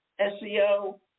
SEO